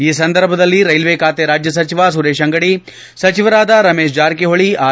ಈ ಸಂದರ್ಭದಲ್ಲಿ ರೈಲ್ವೆ ಖಾತೆ ರಾಜ್ಯ ಸಚಿವ ಸುರೇಶ್ ಅಂಗಡಿ ಸಚಿವರಾದ ರಮೇಶ್ ಜಾರಕಿ ಹೊಳಿ ಆರ್